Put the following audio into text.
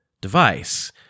device